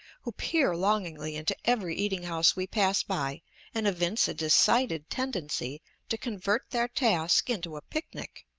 who peer longingly into every eating-house we pass by and evince a decided tendency to convert their task into a picnic.